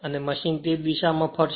તેથી મશીન તે જ દિશામાં ફરશે